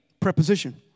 preposition